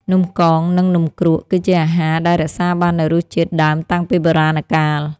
នំកង និងនំគ្រក់ គឺជាអាហារដែលរក្សាបាននូវរសជាតិដើមតាំងពីបុរាណកាល។